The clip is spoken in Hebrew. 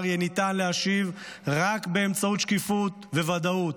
יהיה ניתן להשיב רק באמצעות שקיפות וודאות.